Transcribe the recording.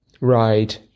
Right